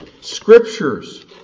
scriptures